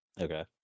Okay